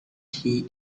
key